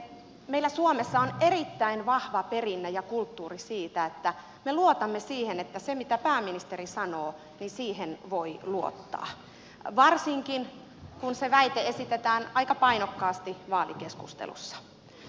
meillä suomessa on erittäin vahva perinne ja kulttuuri siitä että me luotamme siihen että siihen mitä pääministeri sanoo voi luottaa varsinkin kun se väite esitetään aika painokkaasti vaalikeskustelussa